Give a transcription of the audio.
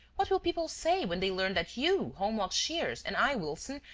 what will people say, when they learn that you, holmlock shears, and i, wilson,